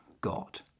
God